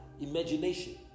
Imagination